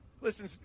listen